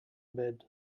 bed